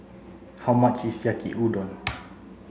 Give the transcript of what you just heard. how much is Yaki Udon